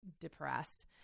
depressed